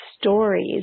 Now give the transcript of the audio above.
stories